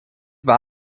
war